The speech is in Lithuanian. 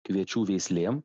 kviečių veislėm